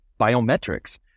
biometrics